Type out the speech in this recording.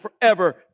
forever